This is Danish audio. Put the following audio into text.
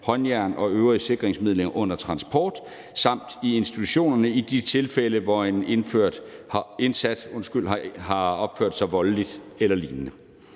håndjern og øvrige sikringsmidler under transport samt i institutionerne i de tilfælde, hvor en indsat har opført sig voldeligt eller lignende.